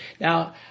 Now